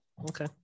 Okay